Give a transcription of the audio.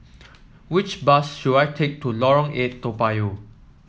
which bus should I take to Lorong Eight Toa Payoh